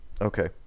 okay